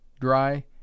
Dry